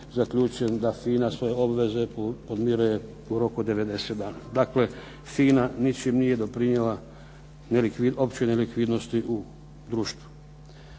zaključen da "FINA" svoje obveze podmiruje u roku od 90 dana. Dakle, "FINA" ničim nije doprinijela općoj nelikvidnosti u društvu.